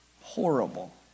horrible